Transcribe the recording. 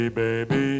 baby